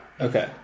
okay